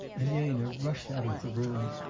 elena rushed out of the room,